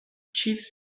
chiefs